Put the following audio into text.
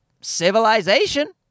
civilization